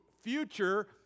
future